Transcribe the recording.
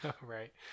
Right